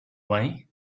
way